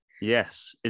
yes